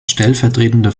stellvertretender